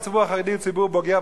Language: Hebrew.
הציבור החרדי הוא ציבור בוגר,